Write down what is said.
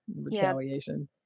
retaliation